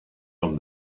from